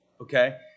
okay